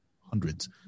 hundreds